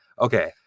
Okay